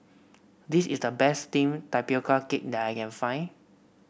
this is the best steamed Tapioca Cake that I can find